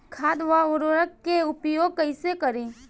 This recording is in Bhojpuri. खाद व उर्वरक के उपयोग कइसे करी?